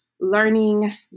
learning